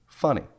Funny